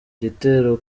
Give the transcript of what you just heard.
igitero